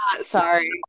Sorry